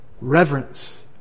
reverence